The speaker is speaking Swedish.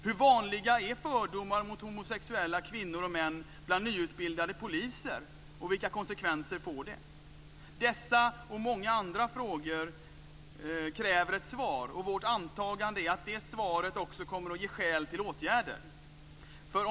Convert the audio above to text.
Hur vanliga är fördomar mot homosexuella kvinnor och män bland nyutbildade poliser, och vilka konsekvenser får det? Dessa och många andra frågor kräver ett svar, och vårt antagande är att det svaret kommer att ge skäl till åtgärder.